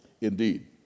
Indeed